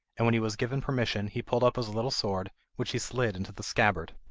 and when he was given permission, he pulled up his little sword, which he slid into the scabbard.